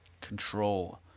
control